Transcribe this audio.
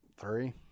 Three